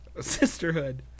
Sisterhood